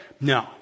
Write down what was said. No